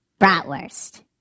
bratwurst